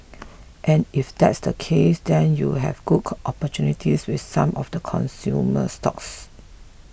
and if that's the case then you have good opportunities with some of the consumer stocks